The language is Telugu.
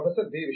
professor B